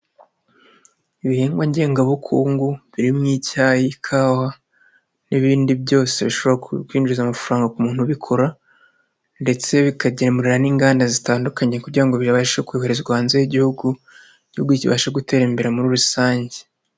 Ibihingwa ngengabukungu birimo: icyayi, ikawa n'ibindi byose bishobora kwinjiza amafaranga ku muntu ubikora ndetse bikagemurira n'inganda zitandukanye kugira ngo bibashe koherezwa hanze y'igihugu, igihugu kibashe gutera imbere muri rusange.